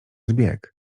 zbieg